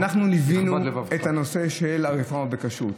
ליווינו את הנושא של הרפורמה בכשרות,